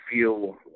feel